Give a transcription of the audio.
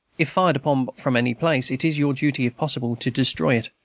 if fired upon from any place, it is your duty, if possible, to destroy it.